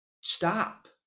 stop